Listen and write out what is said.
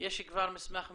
יש כבר מסמך מדיניות,